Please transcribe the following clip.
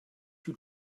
you